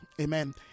amen